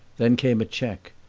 then came a check,